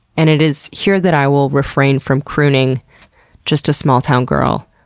and it is here that i will refrain from crooning just a small-town girl,